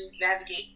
navigate